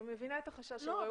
אני מבינה את החשש של רעות.